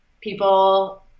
people